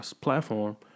platform